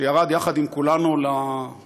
שירד יחד עם כולנו לסיני.